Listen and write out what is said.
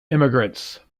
immigrants